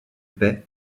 paix